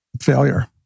failure